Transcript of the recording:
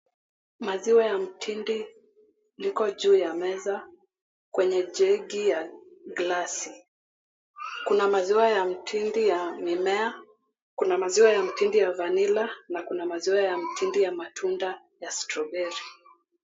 Maziwa ya mtende liko juu ya meza kwenye jegi ya glasi. Kuna maziwa ya mtindi ya mimea, kuna maziwa ya mtindi ya vanilla , na kuna maziwa ya mtindi ya matunda ya strawberry .